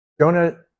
Jonah